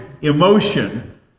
emotion